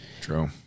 True